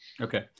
Okay